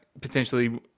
potentially